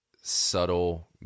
subtle